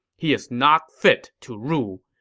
he is not fit to rule.